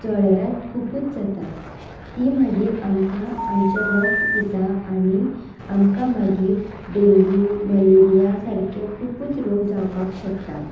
जळारां खूब जातात तीं मागीर आमकां आमचें रगत पितात आनी आमकां मागीर डेंगू मलेरिया सारके खूब रोग जावपाक शकता